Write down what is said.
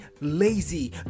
lazy